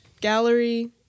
gallery